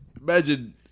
imagine